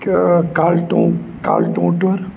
کلٹوٗ کلہٕ ٹوٗنٛٹر